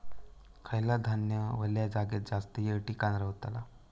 खयला धान्य वल्या जागेत जास्त येळ टिकान रवतला?